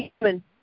human